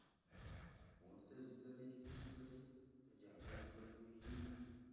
कोन तरीका ले खेती करहु त जादा उपज होही?